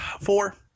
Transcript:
Four